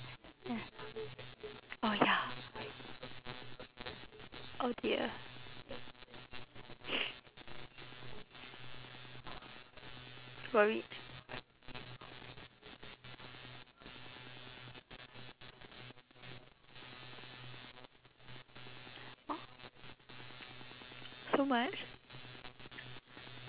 oh ya oh dear worried so much